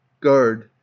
Guard